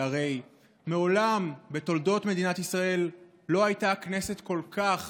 שהרי מעולם בתולדות מדינת ישראל לא הייתה הכנסת כל כך